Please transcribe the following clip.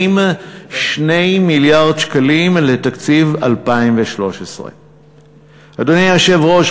2 מיליארד שקלים לתקציב 2013. אדוני היושב-ראש,